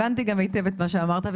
הבנתי גם היטב את מה שאמרת,